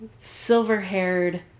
silver-haired